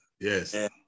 Yes